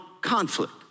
conflict